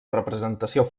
representació